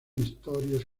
historias